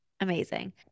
Amazing